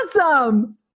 awesome